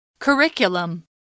Curriculum